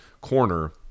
corner